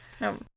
No